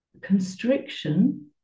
constriction